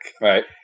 Right